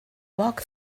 walk